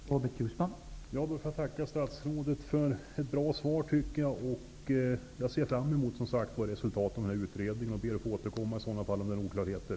Herr talman! Jag får tacka statsrådet för ett bra svar. Jag ser fram emot utredningens resultat och ber att eventuellt få återkomma om det är några oklarheter.